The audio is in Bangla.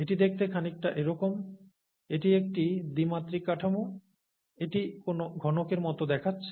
এটি দেখতে খানিকটা এরকম এটি একটি দ্বি মাত্রিক কাঠামো এটি কোনও ঘনকের মত দেখাচ্ছে